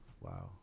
Wow